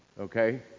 okay